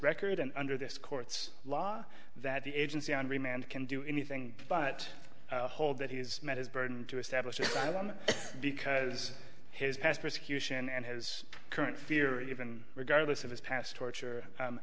record and under this court's law that the agency on remand can do anything but hold that he's met his burden to establish because his past persecution and his current fear even regardless of his past torture